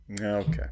Okay